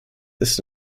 ist